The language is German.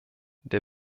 der